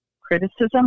criticism